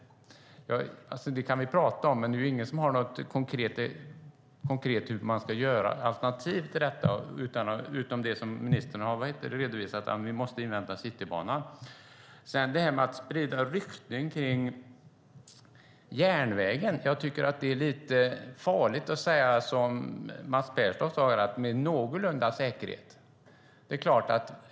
Det kan vi prata om, men det är ingen som har något konkret alternativ när det gäller hur vi ska göra, utom det ministern redovisade om att vi måste invänta Citybanan. Beträffande detta att sprida rykten kring järnvägen tycker jag att det är lite farligt att säga som Mats Pertoft: med någorlunda säkerhet.